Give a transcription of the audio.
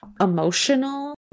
emotional